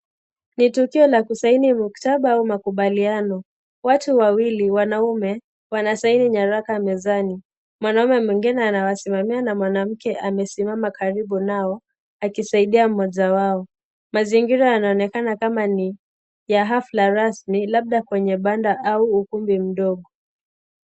Ni tukio la kusaini muktaba au makubaliano, watu wawili wanaume wanasaini nyaraka mezani, mwanaume mwingine anawasimamamia na mwanamke amesimama karibu nao akisaidia mmoja wao, mazingira yanaonekana kama ni ya hafla rasmi labda kwenye banda au ukumbi mdogo.